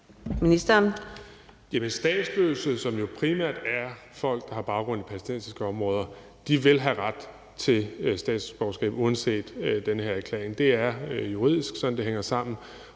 Bek): Statsløse, som jo primært er folk, der har baggrund i palæstinensiske områder, vil have ret til statsborgerskab uanset den her erklæring. Det er sådan, det hænger sammen